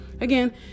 again